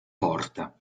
porta